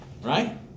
right